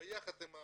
ביחד עם העיתונאים,